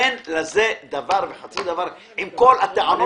אין לזה דבר וחצי דבר עם כל הטענות הצודקות שאתה מעלה.